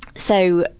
so.